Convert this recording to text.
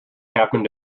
happened